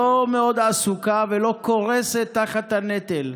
לא מאוד עסוקה ולא קורסת תחת הנטל.